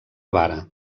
vara